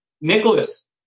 Nicholas